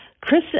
Chris